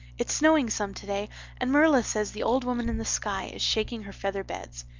it's snowing some today and marilla says the old woman in the sky is shaking her feather beds.